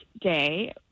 day